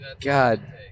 God